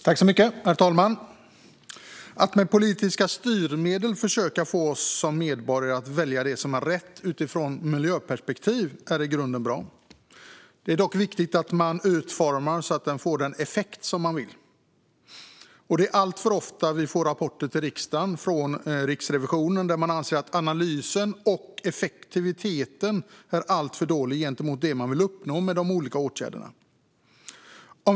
Herr talman! Att med politiska styrmedel försöka få oss som medborgare att välja det som är rätt utifrån miljöperspektiv är i grunden bra. Det är dock viktigt att man utformar detta så att det får den effekt som man vill ha. Det är alltför ofta vi får rapporter till riksdagen från Riksrevisionen där man anser att analysen och effektiviteten är alltför dålig i förhållande till det man vill uppnå med de olika åtgärderna.